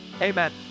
amen